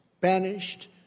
banished